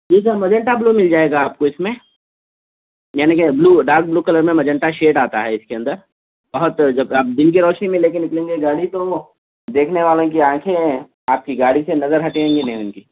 ٹھیک ہے magenta blue مل جائے گا آپ کو اِس میں یعنی کہ بلیو ڈارک بلو کلر میں مجنٹا شیڈ آتا ہے اِس کے اندر بہت جب آپ دِن کے روشنی میں اُن کی